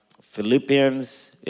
Philippians